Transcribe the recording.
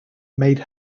made